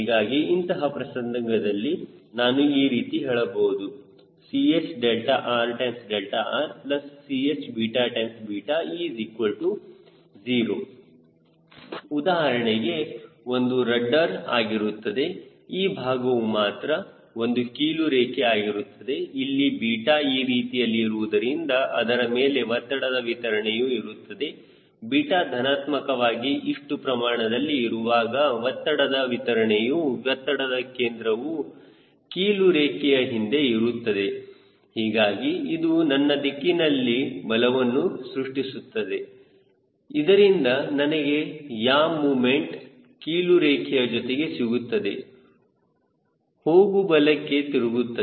ಹೀಗಾಗಿ ಇಂತಹ ಪ್ರಸಂಗದಲ್ಲಿ ನಾನು ಈ ರೀತಿ ಹೇಳಬಹುದು ChrrCh0 ಉದಾಹರಣೆಗೆ ಇದು ರಡ್ಡರ್ ಆಗಿರುತ್ತದೆ ಈ ಭಾಗವು ಮಾತ್ರ ಇದು ಕೀಲು ರೇಖೆ ಆಗಿರುತ್ತದೆ ಇಲ್ಲಿ 𝛽 ಈ ರೀತಿಯಲ್ಲಿ ಇರುವುದರಿಂದ ಅದರ ಮೇಲೆ ಒತ್ತಡದ ವಿತರಣೆ ಇರುತ್ತದೆ ಬೀಟಾ ಧನಾತ್ಮಕವಾಗಿ ಇಷ್ಟು ಪ್ರಮಾಣದಲ್ಲಿ ಇರುವಾಗ ಒತ್ತಡದ ವಿತರಣೆಯ ಒತ್ತಡದ ಕೇಂದ್ರವು ಕೀಲು ರೇಖೆಯ ಹಿಂದೆ ಇರುತ್ತದೆ ಹೀಗಾಗಿ ಅದು ನನ್ನ ದಿಕ್ಕಿನಲ್ಲಿ ಬಲವನ್ನು ಸೃಷ್ಟಿಸುತ್ತದೆ ಇದರಿಂದ ನನಗೆ ಯಾ ಮೊಮೆಂಟ್ ಕೀಲು ರೇಖೆಯ ಜೊತೆಗೆ ಸಿಗುತ್ತದೆ ಹೋಗು ಬಲಕ್ಕೆ ತಿರುಗುತ್ತದೆ